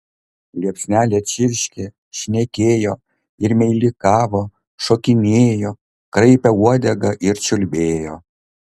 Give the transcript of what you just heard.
liepsnelė čirškė šnekėjo ir meilikavo šokinėjo kraipė uodegą ir čiulbėjo